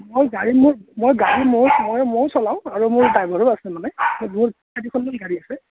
মই গাড়ী মোৰ মই গাড়ী মই ম মইও চলাওঁ আৰু মোৰ ড্ৰাইভাৰো আছে মানে সেইবোৰ চাৰিখনমান গাড়ী আছে